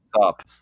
up